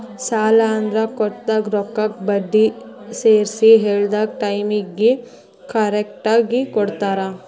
ಸಾಲ ಅಂದ್ರ ಕೊಟ್ಟಿದ್ ರೊಕ್ಕಕ್ಕ ಬಡ್ಡಿ ಸೇರ್ಸಿ ಹೇಳಿದ್ ಟೈಮಿಗಿ ಕರೆಕ್ಟಾಗಿ ಕೊಡೋದ್